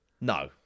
No